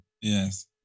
Yes